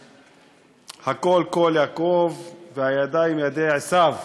הקול קול יעקב, והידיים ידי עשיו.